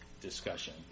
discussion